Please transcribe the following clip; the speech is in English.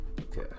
Okay